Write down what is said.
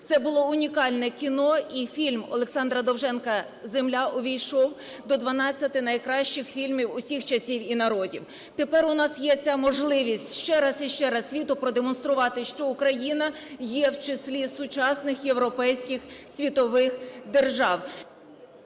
Це було унікальне кіно і фільм Олександра Довженка "Земля" увійшов до 12 найкращих фільмів усіх часів і народів. Тепер у нас є ця можливість ще раз і ще раз світу продемонструвати, що Україна є в числі сучасних європейських світових держав.